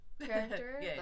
character